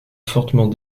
fortement